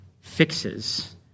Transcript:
fixes